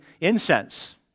incense